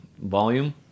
volume